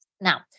Now